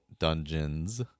dungeons